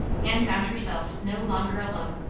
and found herself no longer alone.